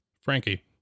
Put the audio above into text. Frankie